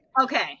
Okay